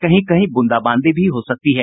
कहीं कहीं ब्रंदाबांदी भी हो सकती है